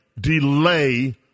delay